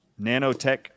nanotech